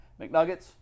McNuggets